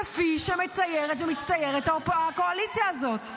כפי שמציירת ומצטיירת הקואליציה הזאת.